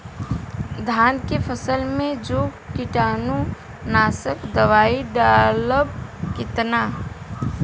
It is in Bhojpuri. धान के फसल मे जो कीटानु नाशक दवाई डालब कितना?